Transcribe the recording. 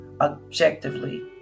objectively